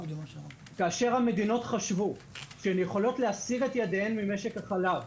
כאשר המדינות חשבו שהן יכולות להסיר את ידיהן ממשק החלב